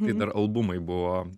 tai dar albumai buvo